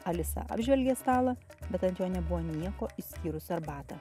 alisa apžvelgė stalą bet ant jo nebuvo nieko išskyrus arbatą